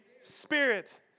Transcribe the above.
Spirit